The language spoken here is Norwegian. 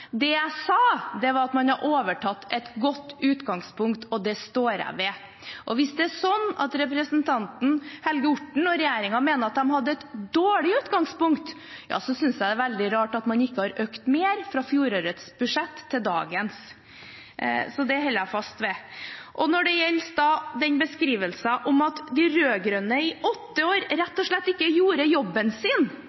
det jeg sa, var at man har overtatt et godt utgangspunkt, og det står jeg ved. Hvis det er sånn at representanten Helge Orten og regjeringen mener at de hadde et dårlig utgangspunkt, synes jeg det er veldig rart at man ikke har økt mer fra fjorårets budsjett til dagens. Det holder jeg fast ved. Når det gjelder beskrivelsen av at de rød-grønne i åtte år